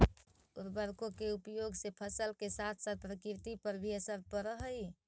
उर्वरकों के उपयोग से फसल के साथ साथ प्रकृति पर भी असर पड़अ हई